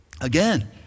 again